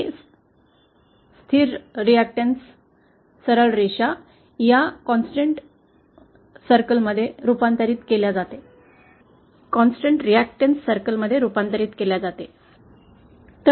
हे स्थिर प्रतिरोध सरळ रेषा या स्थिर प्रतिरोध वर्तुळामध्ये रूपांतरित होते